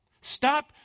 Stop